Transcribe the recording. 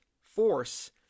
force